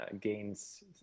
gains